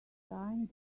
time